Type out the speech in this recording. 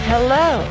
Hello